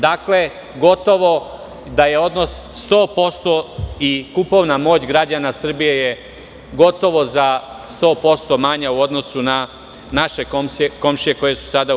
Dakle, gotovo da je odnos 100% i kupovna moć građana Srbije je gotovo za 100% manja u odnosu na naše komšije koje su sada u EU.